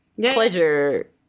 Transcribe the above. pleasure